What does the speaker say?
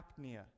apnea